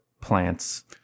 plants